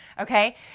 okay